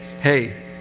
hey